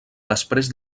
després